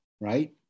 right